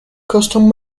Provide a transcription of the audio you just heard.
custom